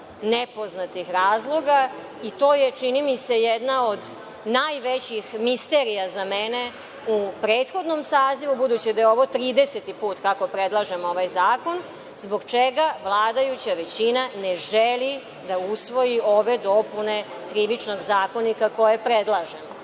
nepoznatih razloga, i to je, čini mi se, jedna od najvećih misterija za mene u prethodnom sazivu, budući da je ovo 30 put kako predlažem ovaj zakon, zbog čega vladajuća većina ne želi da usvoji ove dopune Krivičnog zakonika koje predlažemo.Za